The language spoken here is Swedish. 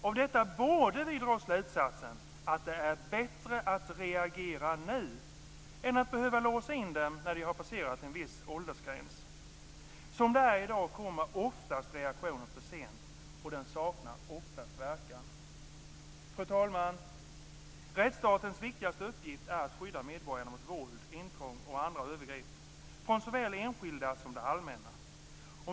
Av detta borde vi dra slutsatsen att det är bättre att reagera nu än att behöva låsa in dem när de har passerat en viss åldersgräns. Som det är i dag kommer oftast reaktionen för sent och saknar oftast verkan. Fru talman! Rättsstatens viktigaste uppgift är att skydda medborgarna mot våld, intrång och andra övergrepp från såväl enskilda som det allmänna.